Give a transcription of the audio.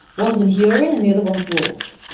one of them is urine and the other one is wolves.